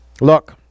Look